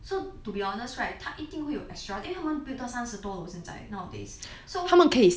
so to be honest right 他一定会有 extra 因为他们 build 到三十多楼现在 nowadays so